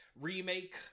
remake